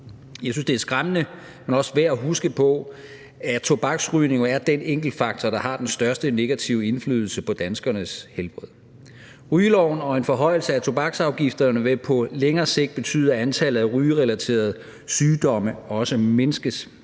Jeg synes, det er skræmmende, men også værd at huske på, at tobaksrygning er den enkeltfaktor, der har den største negative indflydelse på danskernes helbred. Rygeloven og en forhøjelse af tobaksafgifterne vil på længere sigt betyde, at antallet af rygerelaterede sygdomme også mindskes